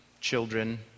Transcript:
Children